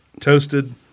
toasted